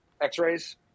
X-rays